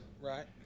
Right